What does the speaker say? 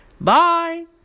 Bye